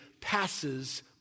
passes